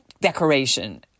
decoration